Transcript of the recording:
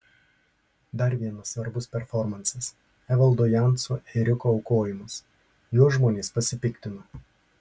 dar vienas svarbus performansas evaldo janso ėriuko aukojimas juo žmonės pasipiktino